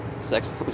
Sex